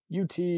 UT